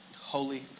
holy